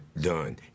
done